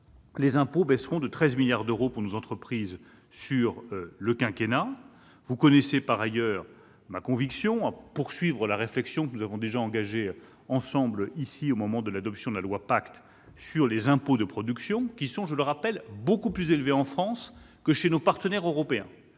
les impôts baisseront de 13 milliards d'euros pour nos entreprises sur le quinquennat. Vous connaissez par ailleurs ma conviction quant à la poursuite de la réflexion que nous avons engagée ensemble au moment de l'adoption de la loi Pacte sur les impôts de production, qui, je le rappelle, sont beaucoup plus élevés en France que chez nos partenaires européens,